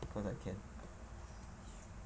because I can